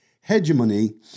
hegemony